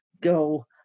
go